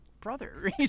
brother